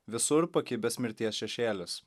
visur pakibęs mirties šešėlis